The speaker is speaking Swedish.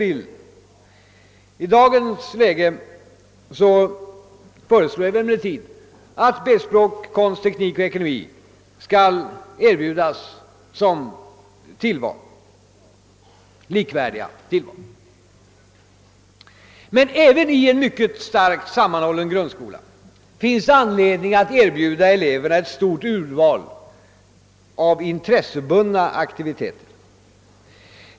I dagens läge föreslår jag emellertid att B-språk, konst, teknik och ekonomi skall erbjudas som likvärdiga tillvalsämnen. Även i en mycket starkt sammanhållen grundskola finns möjligheter att erbjuda eleverna ett stort urval av intressebundna aktiviteter.